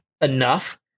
enough